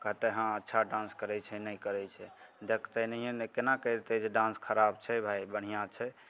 कहतै हँ अच्छा डान्स करै छै नहि करै छै देखतै नहिए ने कोना कहि देतै जे डान्स खराब छै भाइ बढ़िआँ छै